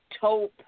taupe